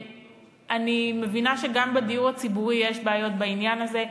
אני מבינה שגם בדיור הציבורי יש בעיות בעניין הזה.